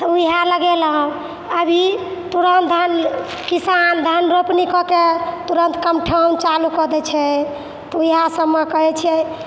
तऽ वएह लगेलौँ अभी तुरन्त धान किसान धान रोपनी कऽ के तुरन्त कमठौन चालू कऽ दै छै तऽ वएह सबमे कहै छै